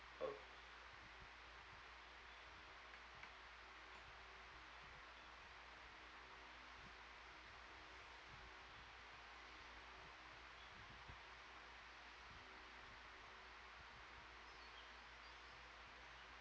oh